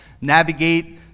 navigate